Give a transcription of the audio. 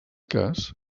cas